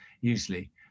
usually